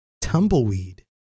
Tumbleweed